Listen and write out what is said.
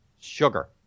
Sugar